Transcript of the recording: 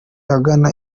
agana